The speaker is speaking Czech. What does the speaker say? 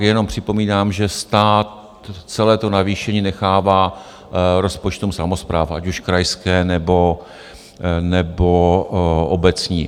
Jenom připomínám, že stát celé to navýšení nechává rozpočtům samospráv, ať už krajské nebo obecní.